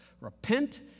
Repent